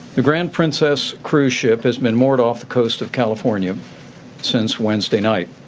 the grand princess cruise ship has been moored off the coast of california since wednesday night.